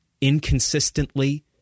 inconsistently